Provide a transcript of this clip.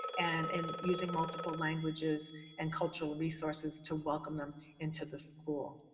and in using multiple languages and cultural resources to welcome them into the school.